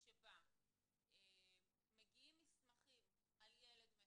שבה מגיעים מסמכים על ילד מסוים,